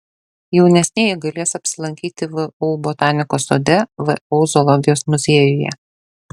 jaunesnieji galės apsilankyti vu botanikos sode vu zoologijos muziejuje